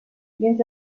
dins